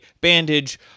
bandage